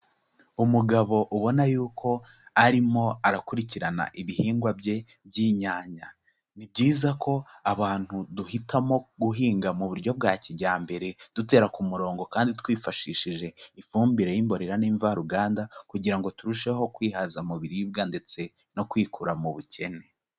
Umugabo ubona yuko arimo arakurikirana ibihingwa bye by'inyanya, ni byiza ko abantu duhitamo guhinga mu buryo bwa kijyambere dutera ku murongo kandi twifashishije ifumbire y'imborera n'imvaruganda kugira ngo turusheho kwihaza mu biribwa ndetse no kwikura mu bukene.